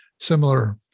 similar